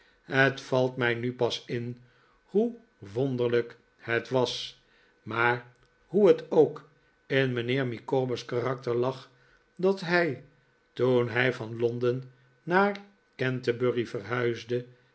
het valt mij nu pas in hoe wonderlijk het was maar hoe het ook in mijnheer micawber's karakter lag dat hij toen hij van londen naar canterbury verhuisde